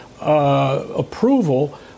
approval